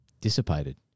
dissipated